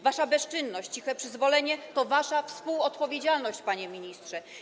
Wasza bezczynność, ciche przyzwolenie to wasza współodpowiedzialność, panie ministrze.